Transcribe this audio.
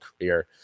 career